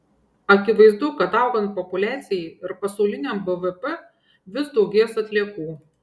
akivaizdu kad augant populiacijai ir pasauliniam bvp vis daugės atliekų